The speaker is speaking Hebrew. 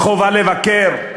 חובה לבקר,